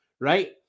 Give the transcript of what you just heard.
right